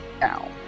Now